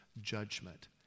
judgment